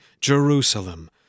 Jerusalem